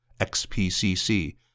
XPCC